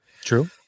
true